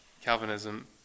Calvinism